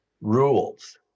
rules